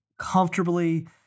comfortably